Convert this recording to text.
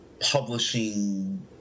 publishing